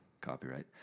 copyright